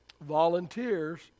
Volunteers